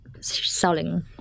selling